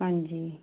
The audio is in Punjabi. ਹਾਂਜੀ